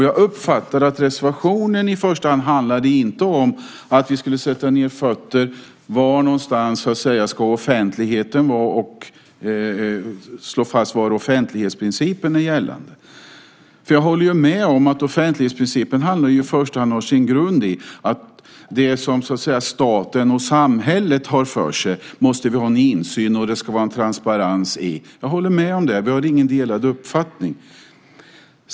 Jag uppfattade reservationen så att det i första hand inte handlade om att slå fast var offentligheten ska finnas och var offentlighetsprincipen gäller. Jag håller med om att offentlighetsprincipen handlar om, och har sin grund i, att vi måste ha insyn i det som staten och samhället har för sig. Där ska det finnas en transparens. Jag håller med om det. Där har vi ingen delad uppfattning.